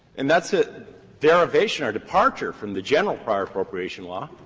and that's a derivation or departure from the general prior appropriation law,